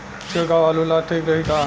छिड़काव आलू ला ठीक रही का?